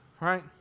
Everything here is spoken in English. right